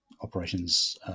operations